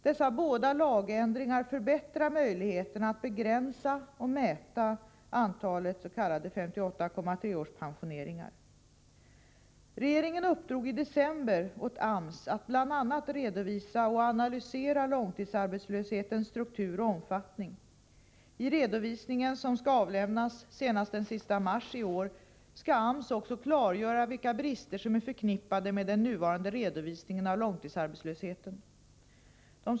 Dessa båda lagändringar förbättrar möjligheterna att begränsa och mäta antalet ”58,3-årspensioneringar”. Regeringen uppdrog i december åt AMS att bl.a. redovisa och analysera långtidsarbetslöshetens struktur och omfattning. I redovisningen, som skall avlämnas senast den 31 mars i år, skall AMS också klargöra vilka brister som är förknippade med den nuvarande redovisningen av långtidsarbetslösheten.